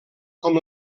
com